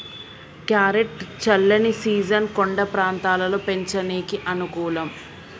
carrot చల్లని season కొండ ప్రాంతంలో పెంచనీకి అనుకూలం